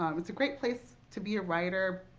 um it's a great place to be a writer.